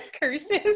curses